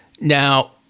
Now